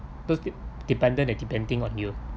those dependent and depending on you